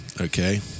okay